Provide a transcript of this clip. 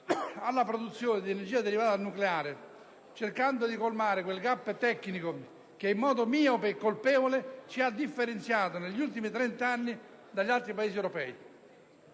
alla produzione di energia derivata dal nucleare, cercando di colmare quel *gap* tecnico che, in modo miope e colpevole, ci ha differenziato negli ultimi trent'anni dagli altri Paesi europei.